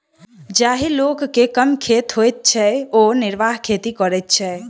जाहि लोक के कम खेत होइत छै ओ निर्वाह खेती करैत छै